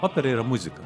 opera yra muzika